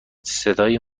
صدای